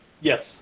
Yes